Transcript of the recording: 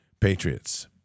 Patriots